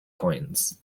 coins